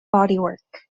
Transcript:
bodywork